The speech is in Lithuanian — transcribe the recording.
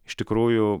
iš tikrųjų